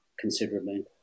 considerably